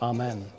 Amen